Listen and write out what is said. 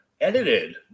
edited